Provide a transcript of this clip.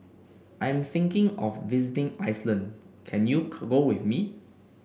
I am thinking of visiting Iceland can you go with me